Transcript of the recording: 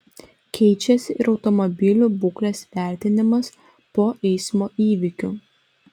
keičiasi ir automobilių būklės vertinimas po eismų įvykių